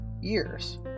years